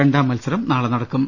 രണ്ടാംമത്സരം നാളെ നടക്കും